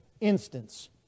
instance